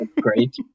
Great